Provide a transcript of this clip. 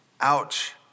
Ouch